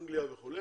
אנגליה וכו',